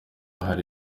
hari